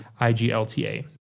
IGLTA